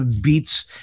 beats